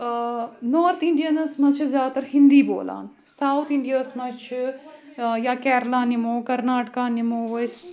north Indians منٛز چھےٚ زیادٕ تَر ہِندی بولان ساوُتھ اِنڈیاہَس منٛز چِھ یا کیرلا نِمو کَرناٹکا نِمو أسۍ